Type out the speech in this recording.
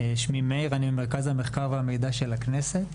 אני ממרכז המחקר והמידע של הכנסת.